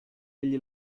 egli